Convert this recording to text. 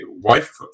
wife